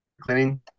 cleaning